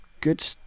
Good